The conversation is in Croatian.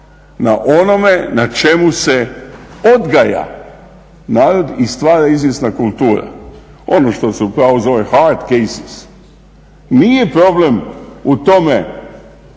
na onome na čemu se odgaja narod i stvara izvjesna kultura, ono što se u pravu zovu hard cases. Nije problem u tome